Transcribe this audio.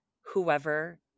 whoever